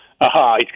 Aha